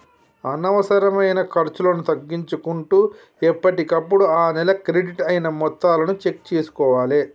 అనవసరమైన ఖర్చులను తగ్గించుకుంటూ ఎప్పటికప్పుడు ఆ నెల క్రెడిట్ అయిన మొత్తాలను చెక్ చేసుకోవాలే